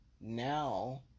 Now